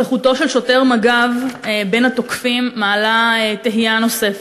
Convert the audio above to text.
נוכחותו של שוטר מג"ב בין התוקפים מעלה תהייה נוספת: